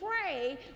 pray